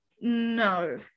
no